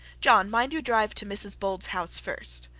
john, mind you drive to mrs bold's house first